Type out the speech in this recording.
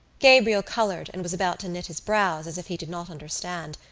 gabriel coloured and was about to knit his brows, as if he did not understand,